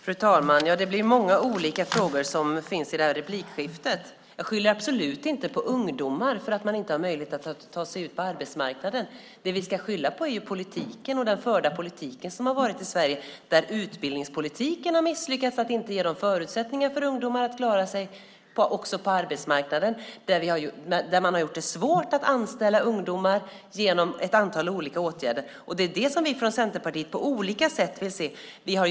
Fru talman! Det blir många olika frågor i det här replikskiftet. Jag skyller absolut inte på ungdomar för att de inte har möjlighet att ta sig ut på arbetsmarknaden. Det vi ska skylla på är ju den politik som har förts i Sverige där utbildningspolitiken har misslyckats med att ge förutsättningar för ungdomar att klara sig också på arbetsmarknaden. Man har gjort det svårt att anställa ungdomar genom ett antal olika åtgärder. Det är det som vi från Centerpartiet på olika sätt vill göra något åt.